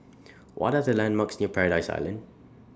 What Are The landmarks near Paradise Island